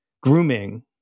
grooming